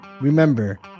remember